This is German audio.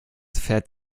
fährt